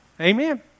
Amen